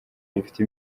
rifite